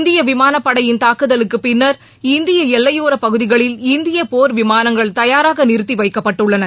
இந்திய விமானப்படையின் தாக்குதலுக்கு பின்னா் இந்திய எல்லையோரப் பகுதிகளில் இந்திய போர் விமானங்கள் தயாராக நிறுத்தி வைக்கப்பட்டுள்ளன